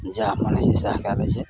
जएह मोन होइ छै सएह कए दै छै